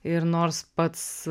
ir nors pats